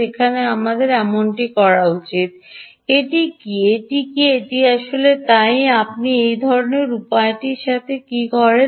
যেখানে আমাদের এমনটি করা উচিত এটি কী এটি কি এটি আসল তাই আপনি সেই ধরণের উপায়টির সাথে কি করেন